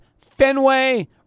Fenway